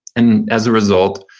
and as a result,